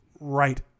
right